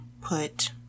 put